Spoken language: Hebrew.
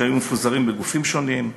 שהיו מפוזרים בגופים שונים,